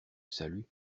salut